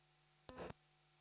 arvoisa